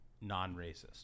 non-racist